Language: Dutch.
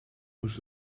moest